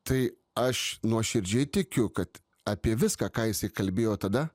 tai aš nuoširdžiai tikiu kad apie viską ką jisai kalbėjo tada